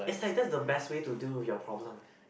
it's like that's the best way to do with your problem